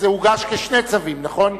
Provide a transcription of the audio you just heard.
שני צווים.